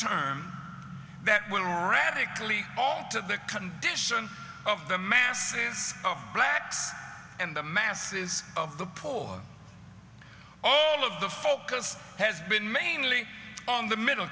term that will radically alter the condition of the masses of blacks and the masses of the poll all of the focus has been mainly on the middle